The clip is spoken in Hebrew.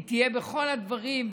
היא תהיה בכל הדברים,